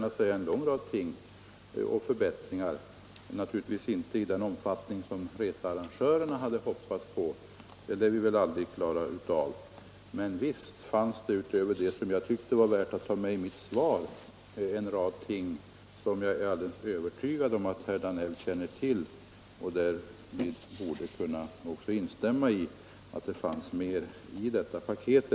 Tvärtom har det skett en hel del förbättringar, naturligtvis inte så många och stora som researrangörerna hoppats — dithän lär vi väl aldrig komma — men utöver det som jag tyckte var värt att ta med i interpellationssvaret har det skett rätt mycket som jag är övertygad om att också herr Danell känner till och som vi väl alla kan vara överens om finns med i hela detta paket.